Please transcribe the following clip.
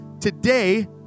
Today